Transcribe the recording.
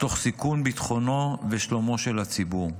תוך סיכון ביטחונו ושלומו של הציבור.